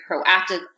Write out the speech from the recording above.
proactive